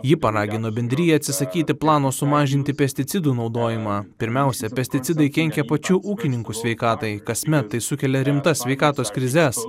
ji paragino bendriją atsisakyti plano sumažinti pesticidų naudojimą pirmiausia pesticidai kenkia pačių ūkininkų sveikatai kasmet tai sukelia rimtas sveikatos krizes